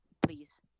please